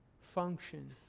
function